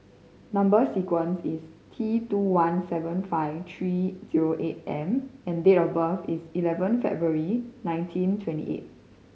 number sequence is T two one seven five three zero eight M and date of birth is eleven February nineteen twenty eight